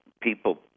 People